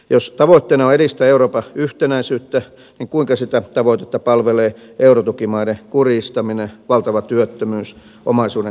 jos tavoitteena on edistää euroopan yhtenäisyyttä niin kuinka sitä tavoitetta palvelee eurotukimaiden kurjistaminen valtava työttömyys omaisuuden pakkorealisointi ja leipäjonot